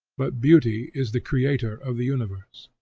but beauty is the creator of the universe.